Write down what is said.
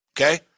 Okay